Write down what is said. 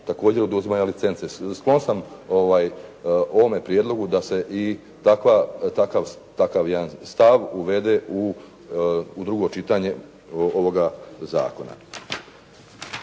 također oduzimanja licence. Sklon sam ovome prijedlogu da se i takva, takav, takav jedan stav uvede u drugo čitanje ovoga zakona.